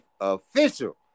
official